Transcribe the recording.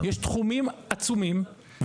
יש תחומים עצומים,